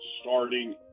starting